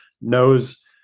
knows